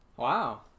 Wow